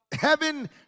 Heaven